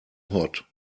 hot